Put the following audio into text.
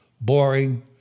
boring